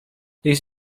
this